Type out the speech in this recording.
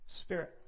Spirit